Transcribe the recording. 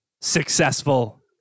successful